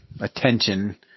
attention